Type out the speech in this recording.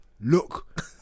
look